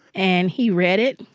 and he read it,